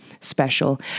special